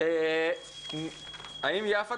נעבור ליפה